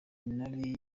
yari